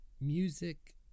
music